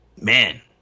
Man